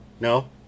No